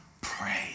pray